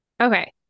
Okay